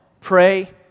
Pray